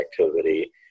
activity